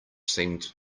seemed